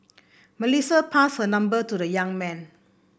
Melissa passed her number to the young man